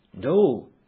No